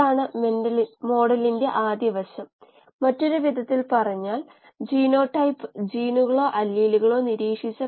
അതിനു ശേഷം നമുക്ക് ബയോറിയാക്ടറുകളുടെ സ്കെയിൽ അപ്പ് നോക്കാം